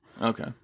Okay